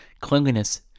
Cleanliness